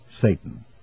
Satan